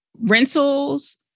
rentals